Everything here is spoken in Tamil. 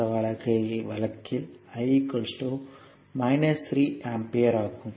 இந்த வழக்கில் I 3 ஆம்பியர் ஆகும்